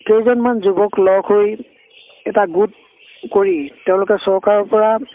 কেইজনমান যুৱক লগ হৈ এটা গোট কৰি তেওঁলোকে চৰকাৰৰপৰা